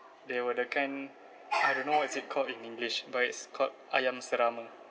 they were the kind I don't know what is it called in english but it's called ayam serama